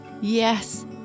Yes